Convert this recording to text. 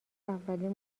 اولین